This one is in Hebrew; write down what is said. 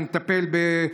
שמטפל בו